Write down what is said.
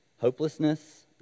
Hopelessness